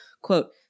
quote